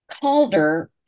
Calder